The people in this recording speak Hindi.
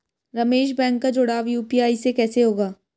रमेश बैंक का जुड़ाव यू.पी.आई से कैसे होगा?